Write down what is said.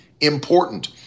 important